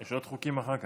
יש עוד חוקים אחר כך.